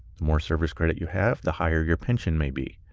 more service credit you have, the higher your pension may be.